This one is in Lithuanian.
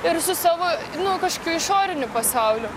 ir su savo nu kažkokiu išoriniu pasauliu